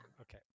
Okay